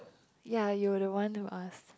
ya you were the one who asked